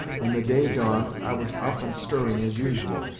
when the day dawned i was up and stirring, as usual,